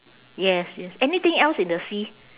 yes yes anything else in the sea